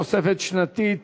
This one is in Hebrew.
תוספת שנתית